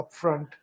upfront